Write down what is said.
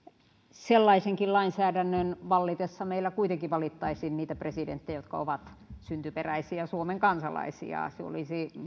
sellaisenkin lainsäädännön vallitessa meillä kuitenkin valittaisiin niitä presidenttejä jotka ovat syntyperäisiä suomen kansalaisia se